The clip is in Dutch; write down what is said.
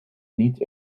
niet